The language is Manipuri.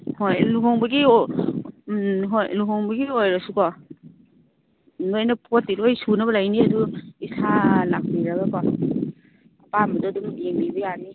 ꯍꯣꯏ ꯂꯨꯍꯣꯡꯕꯒꯤ ꯎꯝ ꯍꯣꯏ ꯂꯨꯍꯣꯡꯕꯒꯤ ꯑꯣꯏꯔꯁꯨꯀꯣ ꯂꯣꯏꯅ ꯄꯣꯠꯇꯤ ꯂꯣꯏ ꯁꯨꯅꯕ ꯂꯩꯅꯤ ꯑꯗꯨ ꯏꯁꯥ ꯂꯥꯛꯄꯤꯔꯒꯀꯣ ꯑꯄꯥꯝꯕꯗꯨ ꯑꯗꯨꯝ ꯌꯦꯡꯕꯤꯕ ꯌꯥꯅꯤ